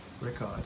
record